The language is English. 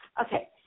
okay